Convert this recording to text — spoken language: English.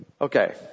Okay